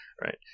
right